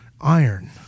iron